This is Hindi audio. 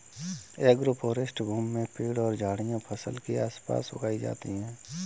एग्रोफ़ोरेस्टी भूमि में पेड़ और झाड़ियाँ फसल के आस पास उगाई जाते है